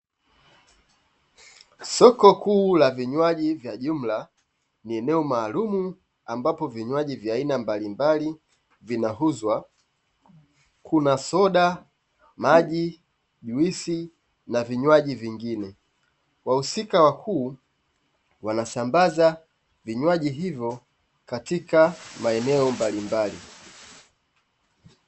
Soko kuu la vinywaji vya jumla ni eneo maalumu ambapo vinywaji vya aina mbalimbali vinauzwa Kuna soda, maji, jusi na vinywaji vingine. Wahusika wakuu wanasambaza vinywaji ivyo katika maeneo mbalimbali.